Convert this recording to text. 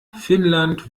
finnland